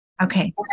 Okay